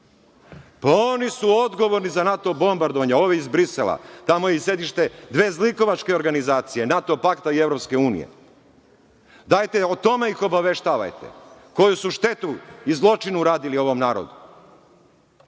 Pa, oni su odgovorni za NATO bombardovanje, ovi iz Brisela. Tamo je i sedište dve zlikovačke organizacije - NATO pakta i EU. Dajte, o tome ih obaveštavajte, koju su štetu i zločin uradili ovom narodu,